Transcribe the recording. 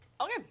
Okay